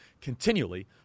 continually